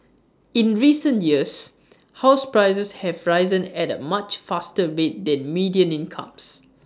in recent years house prices have risen at A much faster rate than median incomes